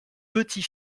petit